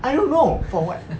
I don't know for what